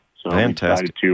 Fantastic